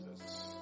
Jesus